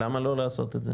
למה לא לעשות את זה?